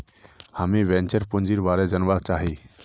हामीं वेंचर पूंजीर बारे जनवा चाहछी